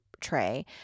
tray